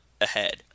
ahead